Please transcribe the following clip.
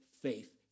faith